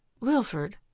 Wilford